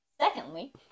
Secondly